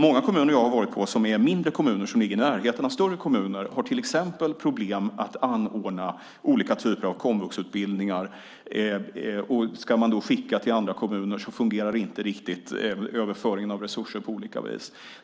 Många mindre kommuner som jag besökt, sådana som ligger i närheten av större kommuner, har problem att till exempel anordna olika typer av komvuxutbildningar; om de ska skicka elever till andra kommuner fungerar inte överföringen av resurser riktigt bra.